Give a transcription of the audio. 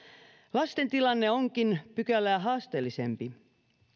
lasten tilanne onkin pykälää haasteellisempi